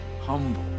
humble